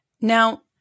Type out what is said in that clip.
Now